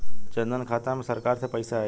जनधन खाता मे सरकार से पैसा आई?